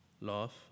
love